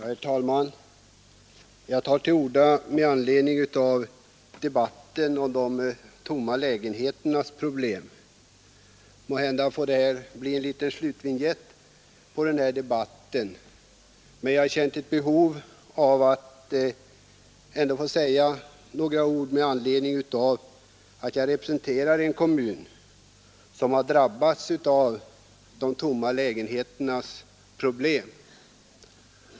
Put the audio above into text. Herr talman! Jag har begärt ordet med anledning av debatten om problemet med de tomma lägenheterna. Måhända blir detta en liten slutvinjett på denna debatt, men jag har ändå känt ett behov av att få säga några ord med anledning av att jag representerar en kommun, som har drabbats av de tomma lägenheternas problem.